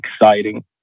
exciting